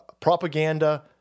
propaganda